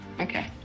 okay